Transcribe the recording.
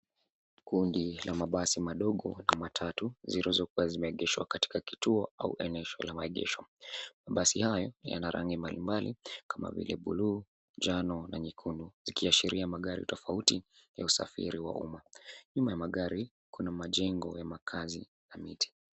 Kundi la mabasi madogo ya matatu, zilizokuwa zimeegeshwa katika kituo au eneo la maegesho. Mabasi haya yana rangi mbalimbali kama vile buluu, njano na nyekundu, zikiashiria gari tofauti ya usafiri wa umma. Nyuma ya magari, kuna majengo ya makaazi na miti.